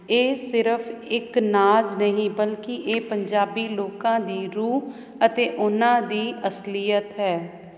ਇਹ ਸਿਰਫ ਇੱਕ ਨਾਚ ਨਹੀਂ ਬਲਕਿ ਇਹ ਪੰਜਾਬੀ ਲੋਕਾਂ ਦੀ ਰੂਹ ਅਤੇ ਉਹਨਾਂ ਦੀ ਅਸਲੀਅਤ ਹੈ